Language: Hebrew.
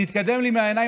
תתקדם לי מהעיניים,